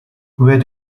where